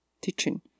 teaching